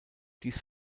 dies